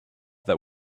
that